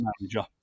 manager